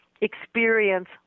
experience